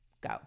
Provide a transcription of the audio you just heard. go